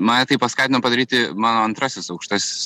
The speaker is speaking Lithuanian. mane tai paskatino padaryti mano antrasis aukštas